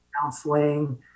counseling